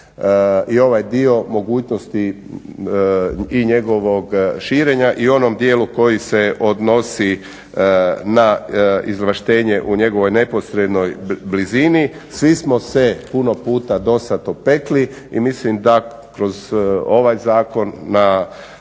i ovaj dio mogućnosti i njegovog širenja i onom dijelu koji se odnosi na izvlaštenje u njegovoj neposrednoj blizini. Svi smo se puno puta dosada opekli i mislim da kroz ovaj zakon na